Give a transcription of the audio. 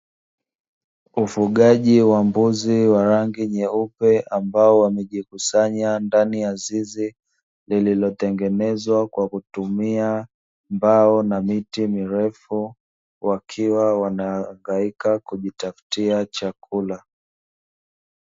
Ufugaji wa mbuzi wa rangi nyeupe ambao wamejikusanya ndani ya zizi lililotengenezwa kwa kutumia mbao na miti mirefu, wakiwa wanahangaika kujitafutia chakula.